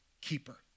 keeper